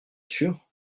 sûr